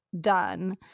done